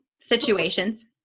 situations